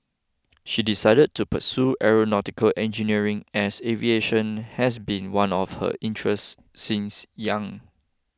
she decided to pursue Aeronautical Engineering as aviation has been one of her interests since young